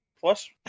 plus